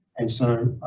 and so